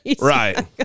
Right